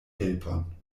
helpon